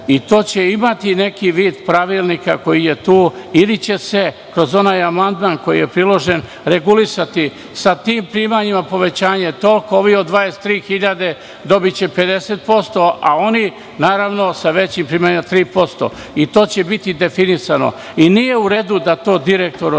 i to će imati neki vid pravilnika koji je tu ili će se kroz onaj amandman koji je priložen regulisati sa tim primanjima, povećanje je toliko, ovi sa zaradom od 23.000 dobiće 50%, a oni sa većim primanjima 3% i to će biti definisano. Nije u redu da to direktor određuje.